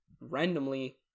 randomly